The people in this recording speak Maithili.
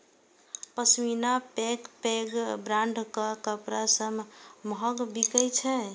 पश्मीना पैघ पैघ ब्रांडक कपड़ा सं महग बिकै छै